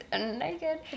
naked